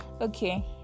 okay